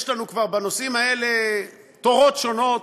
כבר יש לנו בנושאים האלה תורות שונות,